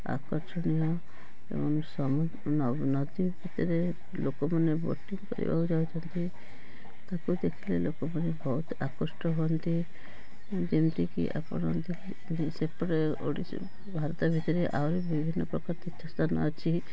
ଆକର୍ଷଣୀୟ ଏବଂ ନଦୀ ଭିତରେ ଲୋକମାନେ ବୋଟିଂ କରିବାକୁ ଯାଉଛନ୍ତି ତାକୁ ଦେଖିଲେ ଲୋକମାନେ ବହୁତ୍ ଆକୃଷ୍ଟ ହୁଅନ୍ତି ଯେମିତିକି ଆପଣ ଭାରତ ଭିତରେ ଆହୁରି ବିଭିନ୍ନ ପ୍ରକାର ତୀର୍ଥସ୍ଥାନ ଅଛି